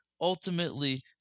Ultimately